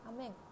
Amen